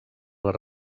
les